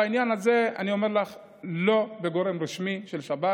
בעניין הזה אני אומר לך: לא גורם רשמי של שב"ס.